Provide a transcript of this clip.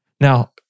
Now